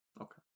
Okay